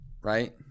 Right